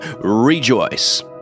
Rejoice